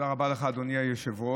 תודה רבה לך, אדוני היושב-ראש.